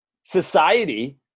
society